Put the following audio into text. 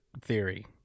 theory